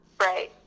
Right